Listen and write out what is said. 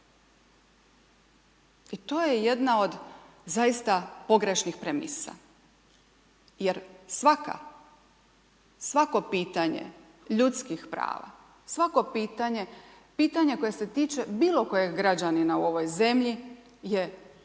I to je jedna od zaista pogrešnih premisa, jer svaka, svako pitanje ljudskih prava, svako pitanje, pitanje koje se tiče bilo kojeg građanina u ovoj zemlji je temeljno